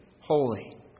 holy